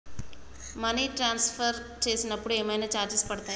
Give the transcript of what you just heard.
Money transfer చేసినప్పుడు ఏమైనా charges పడతయా?